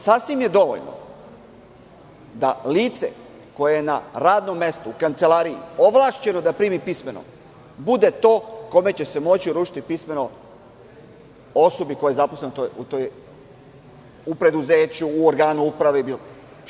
Sasvim je dovoljno da lice koje je na radnom mestu, u kancelariji, ovlašćeno da primi pismeno, bude to kome će se moći uručiti pismeno osobi koja je zaposlena u preduzeću, u organu uprave, bilo gde.